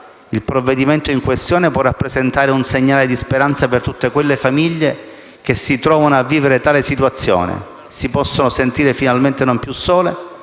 Il provvedimento in questione può rappresentare davvero un segnale di speranza per tutte quelle famiglie che si trovano a vivere tale situazione, che si potranno sentire non più sole